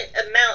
amount